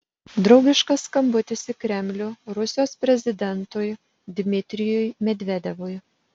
draugiškas skambutis į kremlių rusijos prezidentui dmitrijui medvedevui